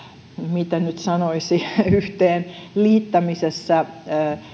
miten nyt sanoisi yhteenliittämisessä